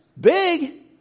Big